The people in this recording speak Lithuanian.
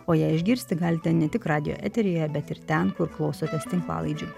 o ją išgirsti galite ne tik radijo eteryje bet ir ten kur klausotės tinklalaidžių